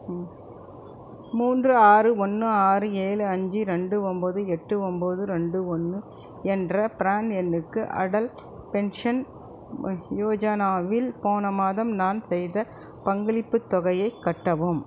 மூன்று ஆறு ஒன்று ஆறு ஏழு அஞ்சு ரெண்டு ஒன்போது எட்டு ஒன்போது ரெண்டு ஒன்று என்ற பிரான் எண்ணுக்கு அடல் பென்ஷன் யோஜனாவில் போன மாதம் நான் செய்த பங்களிப்புத் தொகையைக் கட்டவும்